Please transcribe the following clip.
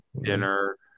dinner